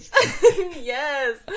Yes